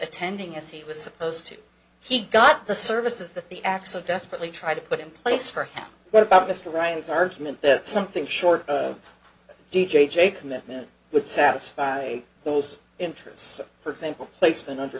attending as he was supposed to he got the services that the acts of desperately trying to put in place for him what about mr ryan's argument that something short of d j commitment would satisfy those interests for example placement under